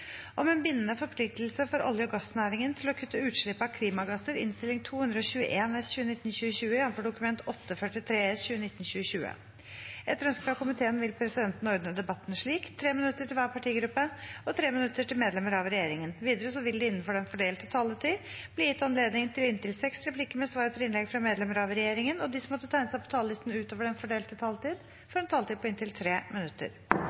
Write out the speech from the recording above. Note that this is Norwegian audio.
om ordet til sak nr. 2. Etter ønske fra energi- og miljøkomiteen vil presidenten ordne debatten slik: 3 minutter til hver partigruppe og 3 minutter til medlemmer av regjeringen. Videre vil det – innenfor den fordelte taletid – bli gitt anledning til inntil seks replikker med svar etter innlegg fra medlemmer av regjeringen, og de som måtte tegne seg på talerlisten utover den fordelte taletid, får en taletid på inntil 3 minutter.